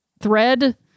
thread